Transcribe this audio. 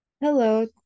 Hello